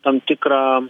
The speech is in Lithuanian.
tam tikrą